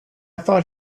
thought